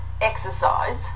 exercise